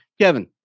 Kevin